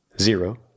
zero